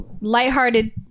lighthearted